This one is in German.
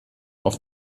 auf